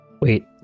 Wait